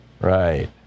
Right